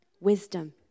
Wisdom